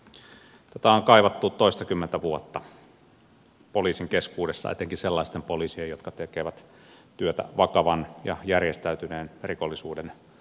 tätä on kaivattu toistakymmentä vuotta poliisin keskuudessa etenkin sellaisten poliisien jotka tekevät työtä vakavan ja järjestäytyneen rikollisuuden parissa